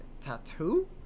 tattoo